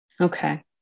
Okay